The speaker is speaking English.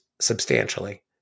substantially